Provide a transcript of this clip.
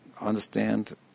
understand